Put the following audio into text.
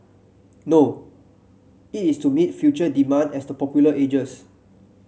no it is to meet future demand as the popular ages